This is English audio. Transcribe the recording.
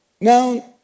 Now